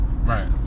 Right